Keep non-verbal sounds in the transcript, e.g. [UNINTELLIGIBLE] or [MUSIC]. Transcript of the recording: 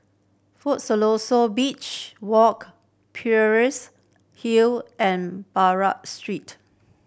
[UNINTELLIGIBLE] Siloso Beach Walk Peirce Hill and Buroh Street